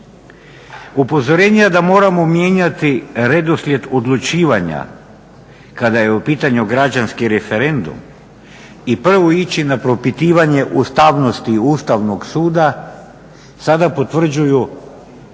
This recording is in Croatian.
Upozorenje je da moramo mijenjati redoslijed odlučivanja kada je u pitanju građanski referendum i prvo ići na propitivanje ustavnosti Ustavnog suda, sada potvrđuju